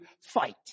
fight